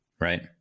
right